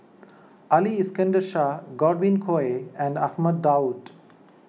Ali Iskandar Shah Godwin Koay and Ahmad Daud